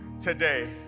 today